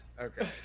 Okay